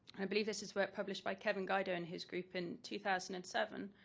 i believe this is work published by kevin gaido and his group in two thousand and seven.